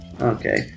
Okay